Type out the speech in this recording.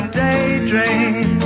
daydream